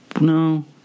no